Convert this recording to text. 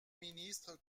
ministre